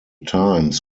times